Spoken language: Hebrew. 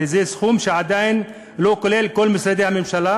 וזה סכום שעדיין לא כולל את כל משרדי הממשלה,